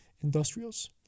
Industrials